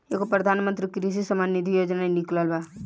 एगो प्रधानमंत्री कृषि सम्मान निधी योजना निकलल बा